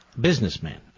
Businessman